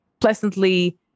pleasantly